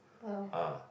!wow!